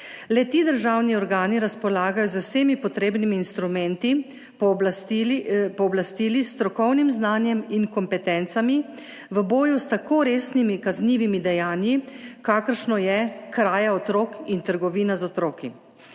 Le-ti državni organi razpolagajo z vsemi potrebnimi instrumenti, pooblastili, s strokovnim znanjem in kompetencami v boju s tako resnimi kaznivimi dejanji, kakršni sta kraja otrok in trgovina z otroki.